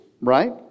right